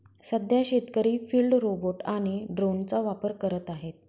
सध्या शेतकरी field robot आणि ड्रोनचा वापर करत आहेत